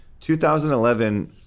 2011